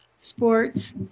sports